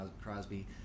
Crosby